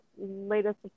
latest